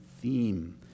theme